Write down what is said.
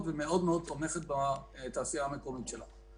ומאוד-מאוד תומכת בתעשייה המקומית שלה.